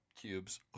cubes